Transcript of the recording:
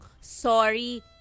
sorry